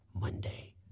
Monday